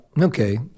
okay